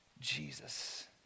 Jesus